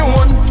one